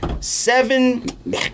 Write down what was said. Seven